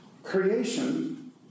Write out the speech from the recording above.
Creation